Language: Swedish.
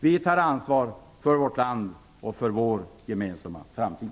Vi tar ansvar för vårt land och för vår gemensamma framtid.